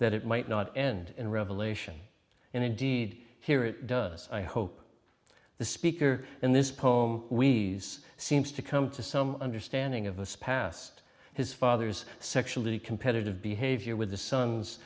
that it might not end in revelation and indeed here it does i hope the speaker in this poem we s seems to come to some understanding of this past his father's sexually competitive behavior with the son